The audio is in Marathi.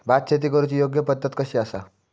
भात शेती करुची योग्य पद्धत कशी आसा?